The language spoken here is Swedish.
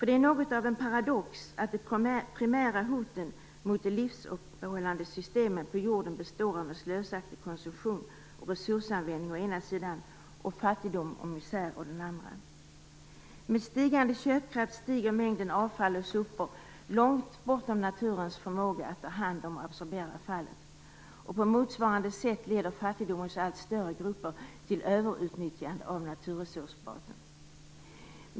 Det är något av en paradox att de primära hoten mot de livsuppehållande systemen på jorden består med slösaktig konsumtion och resursanvändning å ena sidan och fattigdom och misär å den andra. Med stigande köpkraft stiger mängden avfall och sopor långt bortom naturens förmåga att ta hand om och absorbera avfallet. På motsvarande sätt leder fattigdomen hos allt större grupper till överutnyttjande av naturresurserna.